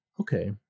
Okay